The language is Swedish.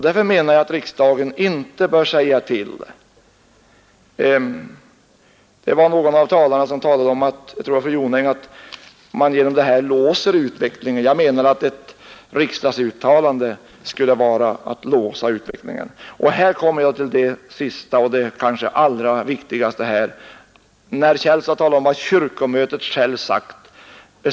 Därför menar jag att riksdagen inte bör säga till. Jag tror det var fru Jonäng som sade att man låser utvecklingen. Jag menar att ett riksdagsuttalande skulle vara att läsa utvecklingen. Nu kommer jag till det sista och det kanske allra viktigaste. Herr Källstad har talat om vad kyrkomötet självt sagt.